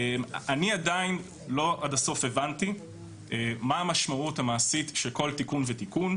אני לא הבנתי עד הסוף מה המשמעות המעשית של כל תיקון ותיקון,